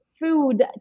food